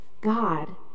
God